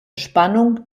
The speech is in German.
spannung